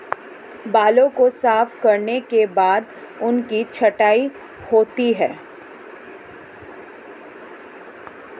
बालों को साफ करने के बाद उनकी छँटाई होती है